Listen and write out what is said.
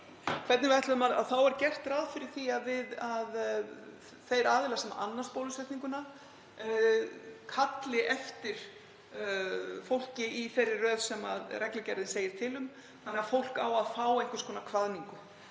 að ná til fólks?) Það er gert ráð fyrir því að þeir aðilar sem annast bólusetninguna kalli eftir fólki í þeirri röð sem reglugerðin segir til um, þannig að fólk á að fá einhvers konar kvaðningu.